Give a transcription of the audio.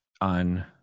on